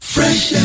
Fresh